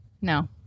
no